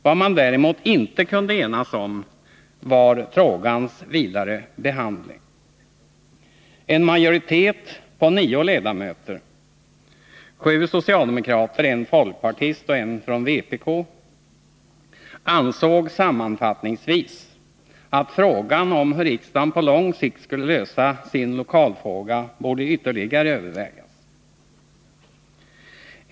Vad man däremot inte kunde enas om var frågans vidare behandling. En majoritet på 9 ledamöter ansåg sammanfattningsvis att frågan om hur riksdagen på lång sikt skulle lösa sin lokalfråga borde ytterligare övervägas.